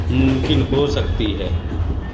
ممکن ہو سکتی ہے